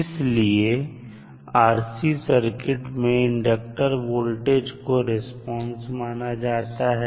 इसलिए RC circuit में inductor voltage को रिस्पांस माना जाता है